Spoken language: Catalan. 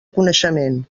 coneixement